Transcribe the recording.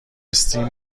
stem